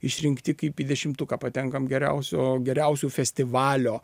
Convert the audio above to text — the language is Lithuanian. išrinkti kaip į dešimtuką patenkam geriausio geriausių festivalio